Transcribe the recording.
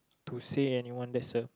to say anyone there is a